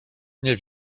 nie